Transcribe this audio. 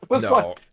No